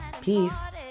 Peace